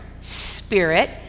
spirit